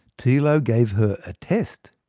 tilo gave her a test.